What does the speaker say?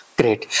great